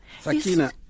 Sakina